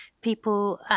people